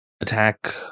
Attack